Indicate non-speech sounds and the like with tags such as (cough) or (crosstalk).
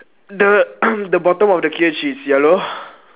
the (coughs) the bottom of the cage is yellow